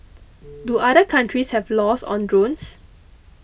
do other countries have laws on drones